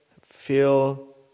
feel